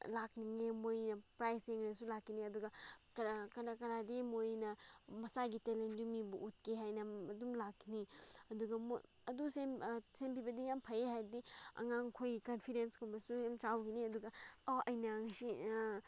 ꯂꯥꯛꯅꯤꯡꯉꯦ ꯃꯣꯏꯅ ꯄ꯭ꯔꯥꯏꯖ ꯌꯦꯡꯂꯁꯨ ꯂꯥꯛꯀꯅꯤ ꯑꯗꯨꯒ ꯈꯔ ꯈꯔ ꯈꯔꯗꯤ ꯃꯣꯏꯅ ꯃꯁꯥꯒꯤ ꯇꯦꯂꯦꯟꯗꯨ ꯃꯤꯕꯨ ꯎꯠꯀꯦ ꯍꯥꯏꯅ ꯑꯗꯨꯝ ꯂꯥꯛꯀꯅꯤ ꯑꯗꯨꯒ ꯃꯣꯏ ꯑꯗꯨ ꯁꯦꯝꯕꯤꯕꯗꯤ ꯌꯥꯝ ꯐꯩꯌꯦ ꯍꯥꯏꯕꯗꯤ ꯑꯉꯥꯡꯈꯣꯏ ꯀꯟꯐꯤꯗꯦꯟꯁꯀꯨꯝꯕꯁꯨ ꯌꯥꯝ ꯆꯥꯎꯒꯅꯤ ꯑꯗꯨꯒ ꯑꯣ ꯑꯩꯅ ꯉꯁꯤ